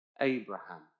Abraham